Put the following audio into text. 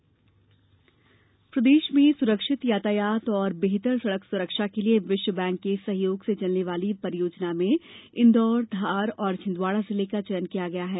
विश्व बैंक दल प्रदेश में सुरक्षित यातायात और बेहतर सड़क सुरक्षा के लिये विश्व बैंक के सहयोग से चलने वाली परियोजना में इंदौर धार और छिंदवाड़ा जिले का चयन किया गया है